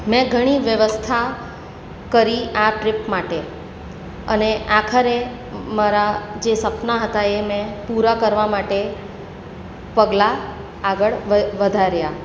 મેં ઘણી વ્યવસ્થા કરી આ ટ્રીપ માટે અને આખરે મારા જે સપનાં હતાં એ મેં પૂરા કરવા માટે પગલાં આગળ વધાર્યાં